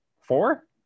four